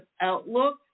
outlook